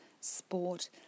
sport